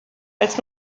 als